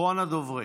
אחרון הדוברים.